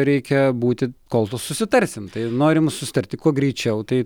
reikia būti kol susitarsim tai norim susitarti kuo greičiau tai